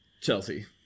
Chelsea